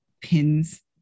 pins